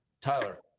Tyler